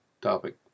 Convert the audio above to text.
topic